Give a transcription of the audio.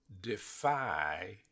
defy